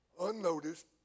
unnoticed